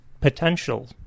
potential